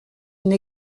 une